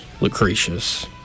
Lucretius